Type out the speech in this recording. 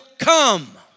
Come